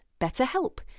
BetterHelp